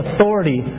authority